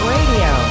Radio